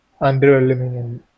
underwhelming